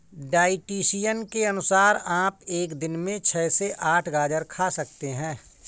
dietitian के अनुसार आप एक दिन में छह से आठ गाजर खा सकते हैं